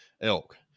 elk